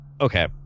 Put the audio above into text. Okay